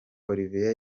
olivier